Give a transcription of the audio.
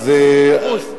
מאה אחוז.